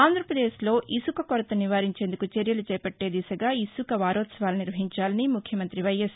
ఆంధ్రపదేశ్లో ఇసుక కొరత నివారించేందుకు చర్యలు చేపట్లే దిశగా ఇసుక వారోత్సవాలు నిర్వహించాలని ముఖ్యమంతి వైఎస్